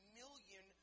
million